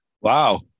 Wow